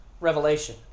Revelation